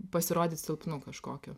pasirodyt silpnu kažkokiu